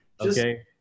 Okay